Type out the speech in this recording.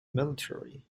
military